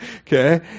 Okay